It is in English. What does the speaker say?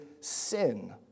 sin